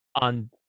on